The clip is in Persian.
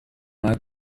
اومد